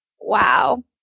wow